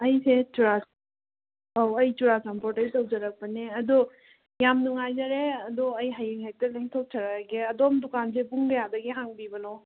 ꯑꯩꯁꯦ ꯑꯧ ꯑꯩ ꯆꯨꯔꯆꯥꯟꯄꯨꯔꯗꯒꯤ ꯇꯧꯖꯔꯛꯄꯅꯦ ꯑꯗꯣ ꯌꯥꯝ ꯅꯨꯡꯉꯥꯏꯖꯔꯦ ꯑꯗꯣ ꯑꯩ ꯍꯌꯦꯡ ꯍꯦꯛꯇ ꯂꯦꯡꯊꯣꯛꯆꯔꯛꯑꯒꯦ ꯑꯗꯣꯝ ꯗꯨꯀꯥꯟꯁꯦ ꯄꯨꯡ ꯀꯌꯥꯗꯒꯤ ꯍꯥꯡꯕꯤꯕꯅꯣ